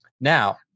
now